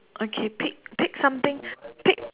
okay pick pick something pick